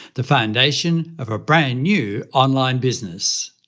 the foundation of a brand new online business.